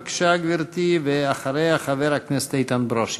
בבקשה, גברתי, ואחריה, חבר הכנסת איתן ברושי.